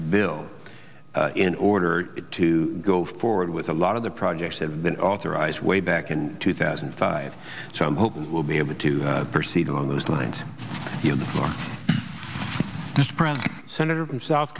bill in order to go forward with a lot of the projects have been authorized way back in two thousand and five so i'm hoping we'll be able to proceed along those lines this president senator from south